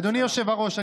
אדוני היושב-ראש,